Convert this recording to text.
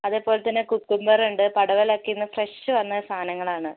അതേപോലെ തന്നെ കുക്കുമ്പർ ഉണ്ട് പടവലം ഒക്കെ ഇന്ന് ഫ്രഷ് വന്ന സാധനങ്ങളാണ്